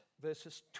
verses